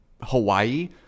Hawaii